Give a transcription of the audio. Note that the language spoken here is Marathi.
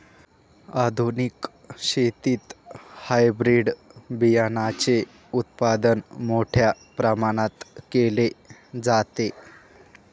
आधुनिक शेतीत हायब्रिड बियाणाचे उत्पादन मोठ्या प्रमाणात केले जाते